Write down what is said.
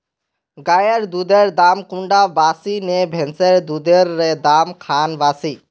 गायेर दुधेर दाम कुंडा बासी ने भैंसेर दुधेर र दाम खान बासी?